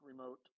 remote